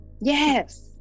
yes